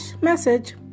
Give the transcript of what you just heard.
message